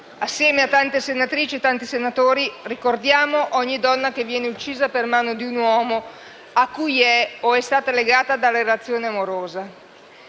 assieme a tante senatrici e tanti senatori, ricordiamo ogni donna che viene uccisa per mano di un uomo a cui è o è stata legata da relazione amorosa.